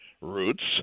roots